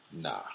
nah